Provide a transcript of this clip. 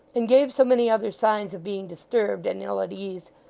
and gave so many other signs of being disturbed and ill at ease,